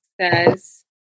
says